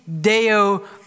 deo